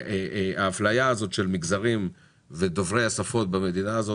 האפליה הזאת של מגזרים ושל דוברי השפות במדינה הזאת